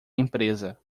empresa